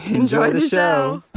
enjoy the show